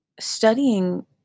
studying